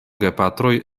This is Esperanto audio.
gepatroj